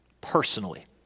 personally